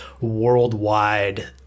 worldwide